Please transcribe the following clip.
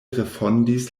refondis